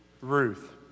Ruth